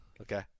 Okay